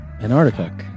Antarctica